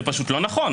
זה פשוט לא נכון.